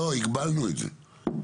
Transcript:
הגבלנו את זה.